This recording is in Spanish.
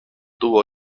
tuvo